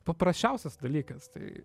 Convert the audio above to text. paprasčiausias dalykas tai